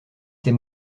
ces